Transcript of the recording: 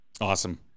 Awesome